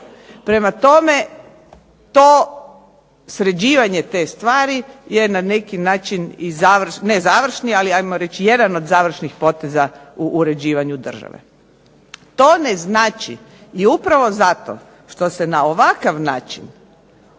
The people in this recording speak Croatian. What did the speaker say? Prema tome, to sređivanje te stvari je na neki način jedan od završnih poteza u uređivanju države. To ne znači i upravo zato što se na ovakav način